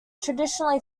traditionally